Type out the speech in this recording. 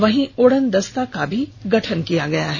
वहीं उड़नदस्ता का भी गठन किया गया है